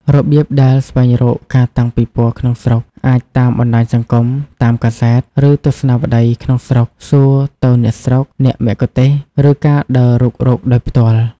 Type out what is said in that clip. របៀបដែលស្វែងរកការតាំងពិពណ៌ក្នុងស្រុក អាចតាមបណ្តាញសង្គម តាមកាសែត ឬទស្សនាវដ្តីក្នុងស្រុក សួរទៅអ្នកស្រុក អ្នកមគ្គុទ្ទេស ឫការដើររុករកដោយផ្ទាល់។